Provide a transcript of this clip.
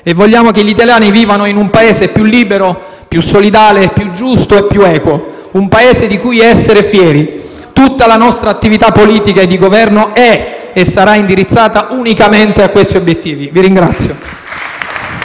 vogliamo che gli italiani vivano in un Paese più libero, più solidale, più giusto e più equo, un Paese di cui essere fieri. Tutta la nostra attività politica e di Governo è e sarà indirizzata unicamente a questi obiettivi *(Applausi